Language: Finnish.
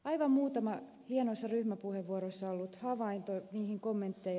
aivan muutamaan hienoissa ryhmäpuheenvuoroissa olleeseen havaintoon kommentteja